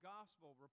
gospel